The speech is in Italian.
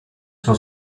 suo